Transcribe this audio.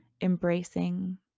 Embracing